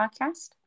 podcast